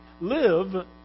live